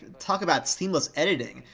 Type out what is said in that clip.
talk about seamless editing!